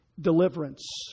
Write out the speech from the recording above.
deliverance